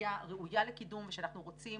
אוכלוסייה ראויה לקידום ושאנחנו רוצים